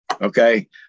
okay